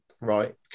right